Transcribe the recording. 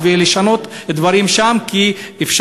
אותה כמות מים משלמים גם לפי קובים בביוב.